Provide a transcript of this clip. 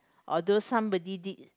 although somebody did